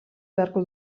beharko